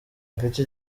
afite